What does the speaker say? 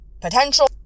potential